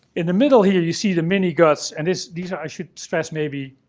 in the middle, here, you see the mini-guts. and this. these are. i should stress, maybe,